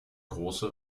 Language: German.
große